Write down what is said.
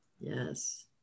Yes